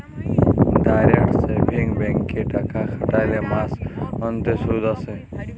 direct savings ব্যাংকে টাকা খ্যাটাইলে মাস অল্তে সুদ আসে